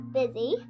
busy